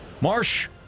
Marsh